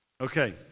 Okay